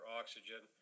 oxygen